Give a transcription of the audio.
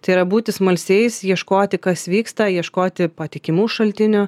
tai yra būti smalsiais ieškoti kas vyksta ieškoti patikimų šaltinių